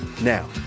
Now